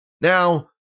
Now